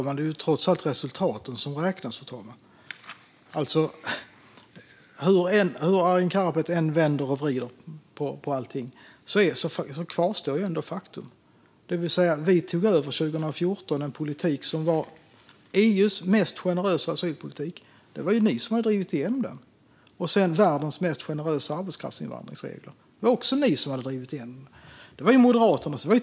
Fru talman! Det är trots allt resultaten som räknas. Hur Arin Karapet än vänder och vrider på allting kvarstår ändå faktum. Vi tog 2014 över en politik som var EU:s mest generösa asylpolitik. Den hade ni drivit igenom. Dessutom hade Sverige världens mest generösa regler för arbetskraftsinvandring. Det var också ni moderater som hade drivit igenom dem.